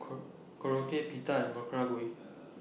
Korokke Pita and Gui